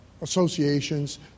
associations